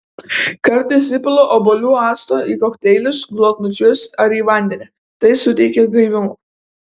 kartais įpilu obuolių acto į kokteilius glotnučius ar į vandenį tai suteikia gaivumo